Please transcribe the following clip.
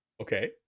Okay